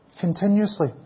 Continuously